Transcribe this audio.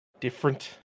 different